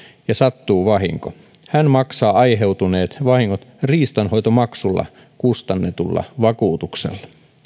ja sattuu vahinko hän maksaa aiheutuneet vahingot riistanhoitomaksulla kustannetulla vakuutuksella